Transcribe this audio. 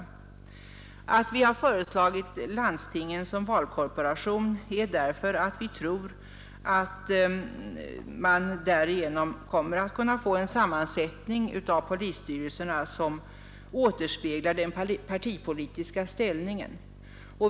Anledningen till att vi har föreslagit landstingen som valkorporation är att vi tror att man därigenom kommer att kunna få en sammansättning av polisstyrelserna som återspeglar den partipolitiska ställningen.